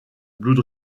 blood